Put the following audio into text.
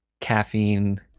caffeine